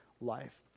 life